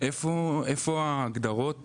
איפה ההגדרות